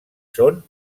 són